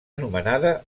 anomenada